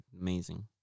amazing